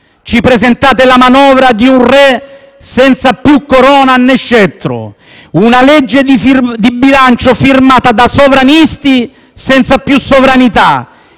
Ci presentate la manovra di un re senza più corona né scettro; un disegno di legge di bilancio firmato da sovranisti senza più sovranità,